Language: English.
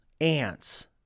ants